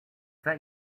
that